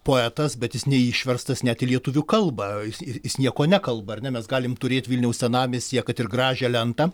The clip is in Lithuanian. poetas bet jis neišverstas net į lietuvių kalbą jis jis nieko nekalba ar ne mes galim turėt vilniaus senamiestyje kad ir gražią lentą